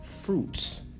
fruits